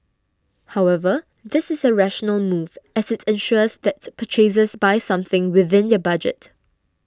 however this is a rational move as it ensures that purchasers buy something within their budget